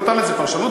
הוא נתן לזה פרשנות,